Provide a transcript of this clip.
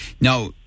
now